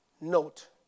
note